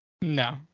No